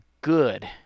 good